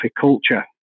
culture